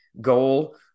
goal